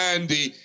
Andy